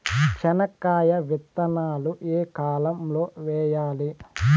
చెనక్కాయ విత్తనాలు ఏ కాలం లో వేయాలి?